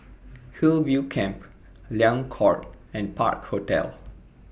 Hillview Camp Liang Court and Park Hotel